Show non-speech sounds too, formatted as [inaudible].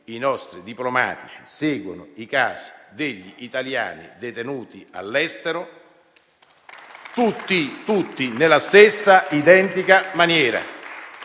i nostri diplomatici seguono i casi degli italiani detenuti all'estero, [applause] tutti nella stessa identica maniera,